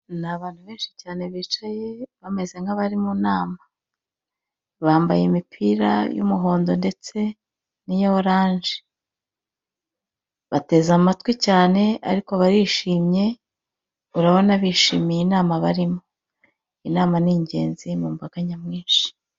Ni abantu benshi cyane bicaye bameze nk'abari mu nama. Bambaye imipira y'umuhondo, ndetse n'iya orange. Bateze amatwi cyane, ariko barishimye, urabona bishimiye inama barimo. Inama ni ingenzi mu mbaga nyamwinshi.